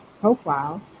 profile